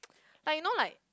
like you know like